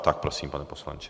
Tak prosím, pane poslanče.